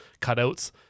cutouts